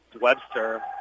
Webster